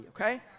okay